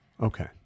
Okay